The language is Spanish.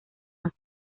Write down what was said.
más